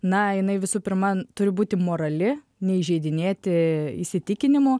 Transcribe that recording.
na jinai visų pirma turi būti morali neįžeidinėti įsitikinimų